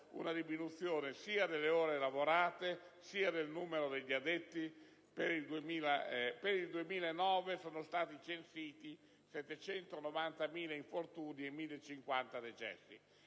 una diminuzione sia delle ore lavorate sia del numero degli addetti. Per il 2009 sono stati censiti 790.000 infortuni e 1.050 decessi.